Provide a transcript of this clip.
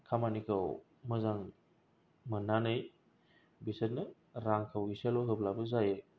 खामानिखौ मोजां मोन्नानै बेसोरनो रांखौ इसेल' होब्लाबो जायो